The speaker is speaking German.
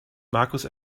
markus